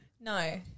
No